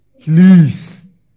Please